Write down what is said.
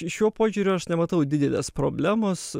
šiuo požiūriu aš nematau didelės problemos